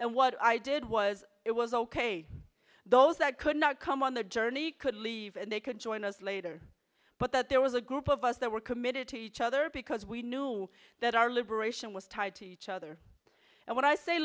and what i did was it was ok those that could not come on their journey could leave and they could join us later but that there was a group of us that were committed to each other because we knew that our liberation was tied to each other and when i say